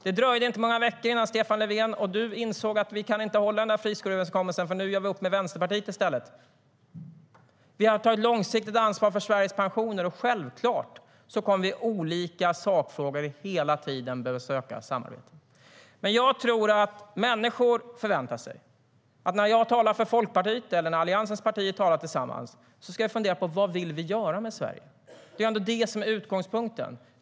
Det dröjde inte många veckor innan Stefan Löfven och Magdalena Andersson insåg att de inte kunde hålla friskoleöverenskommelsen, eftersom de i stället gjorde upp med Vänsterpartiet.Vi har tagit ett långsiktigt ansvar för Sveriges pensioner. Självklart kommer vi i olika sakfrågor hela tiden att behöva söka samarbete. Jag tror dock att människor förväntar sig att när jag talar för Folkpartiet eller när Alliansens partier talar tillsammans så funderar vi på vad vi vill göra med Sverige. Det är ändå det som är utgångspunkten.